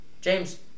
James